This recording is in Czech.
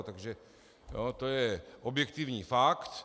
Takže to je objektivní fakt.